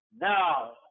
now